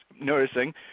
noticing